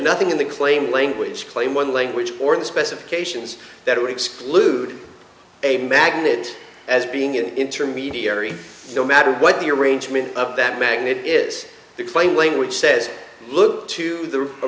nothing in the claim language claim one language or the specifications that would exclude a magnet as being an intermediary no matter what the arrangement of that magnet is the plain language says look to the